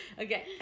Okay